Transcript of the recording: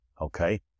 okay